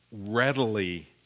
readily